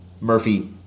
Murphy